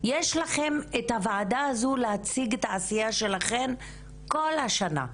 יש לכם את הוועדה הזו להציג את העשייה שלכן כל השנה,